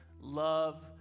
love